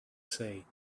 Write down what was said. say